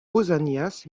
pausanias